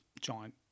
giant